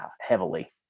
heavily